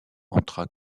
entra